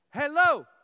hello